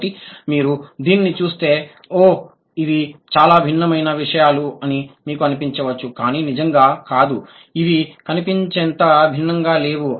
కాబట్టి మీరు దీన్ని చూస్తే ఓహ్ ఇవి చాలా భిన్నమైన విషయాలు అని మీకు అనిపించవచ్చు కానీ నిజంగా కాదు ఇవి కనిపించేంత భిన్నంగా లేవు